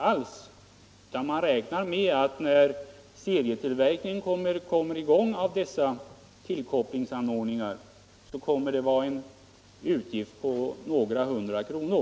När serietillverkningen av dessa tillkopplingsanordningar kommer i gång räknar man med att anskaffandet av en sådan kopplingsanordning kommer att innebära en utgift på några hundra kronor.